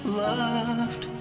loved